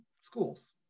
schools